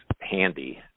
handy